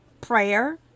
Prayer